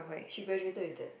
she graduated with it